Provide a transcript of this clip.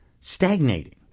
stagnating